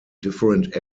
different